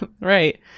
Right